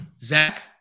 Zach